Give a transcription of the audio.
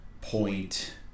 point